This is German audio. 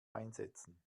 einsetzen